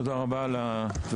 תודה רבה לך חבר הכנסת מתן כהנא,